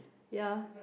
ya